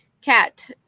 Cat